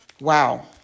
Wow